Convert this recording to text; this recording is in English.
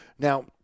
Now